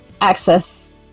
access